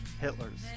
Hitler's